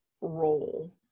role